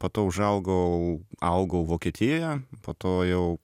po to užaugau augau vokietijoje po to jau